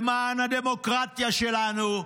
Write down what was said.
למען הדמוקרטיה שלנו.